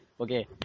Okay